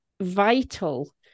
vital